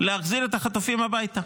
להחזיר את החטופים הביתה.